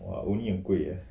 !whoa! woomi 很贵 eh